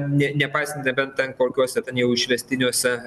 ne nepaistant nebent ten kokiuose ten jau išvestiniuose